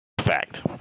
fact